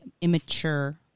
immature